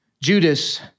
Judas